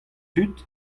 tud